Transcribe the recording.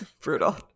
Brutal